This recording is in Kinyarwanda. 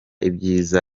ibyiza